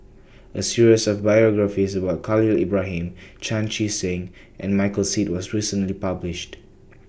A series of biographies about Khalil Ibrahim Chan Chee Seng and Michael Seet was recently published